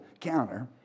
counter